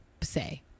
say